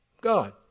God